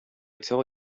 tell